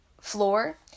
floor